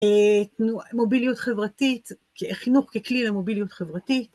תנועה מוביליות חברתית, חינוך ככלי למוביליות חברתית.